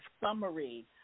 summary